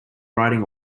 riding